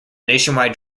nationwide